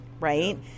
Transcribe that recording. right